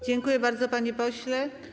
Dziękuję bardzo, panie pośle.